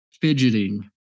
fidgeting